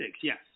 Yes